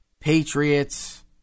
Patriots